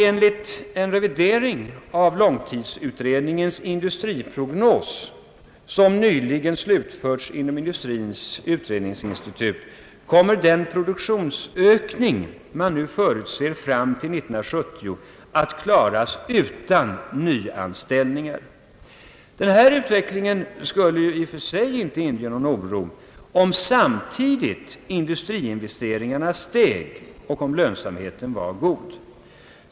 Enligt en revidering av långtidsutredningens långtidsprognos, som nyligen slutförts inom industrins utredningsinstitut, kommer den produktionsökning man nu förutser fram till 1970 att klaras utan nyanställningar. Den här utvecklingen skulle i och för sig inte inge någon oro, om samtidigt industriinvesteringarna steg och om lönsamheten var god.